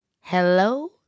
Hello